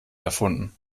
erfunden